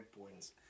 points